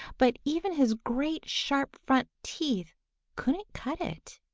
but even his great, sharp front teeth couldn't cut it.